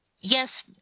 yes